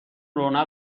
رونق